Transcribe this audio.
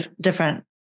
different